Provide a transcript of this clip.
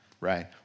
right